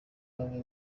bamwe